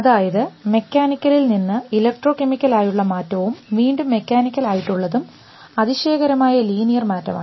അതായത് മെക്കാനിക്കൽ നിന്ന് electrochemical ആയുള്ള മാറ്റവും വീണ്ടും മെക്കാനിക്കൽ ആയിട്ടുള്ളതും അതിശയകരമായ ലീനിയർ മാറ്റമാണ്